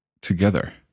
Together